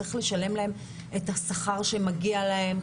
צריך לשלם להן את השכר שמגיע להן,